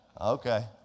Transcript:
Okay